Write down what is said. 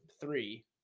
three